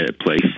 place